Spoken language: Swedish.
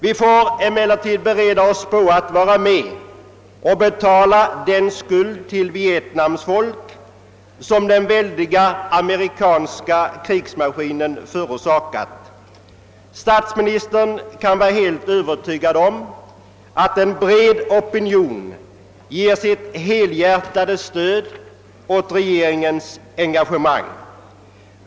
Vi får emellertid bereda oss att vara med och betala den skuld till Vietnams folk som den väldiga amerikanska krigsmaskinen förorsakat. Statsministern kan vara helt övertygad om att en bred opinion ger sitt helhjärtade stöd åt regeringens engagemang.